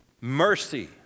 Mercy